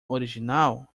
original